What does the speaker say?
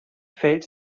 fällt